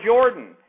Jordan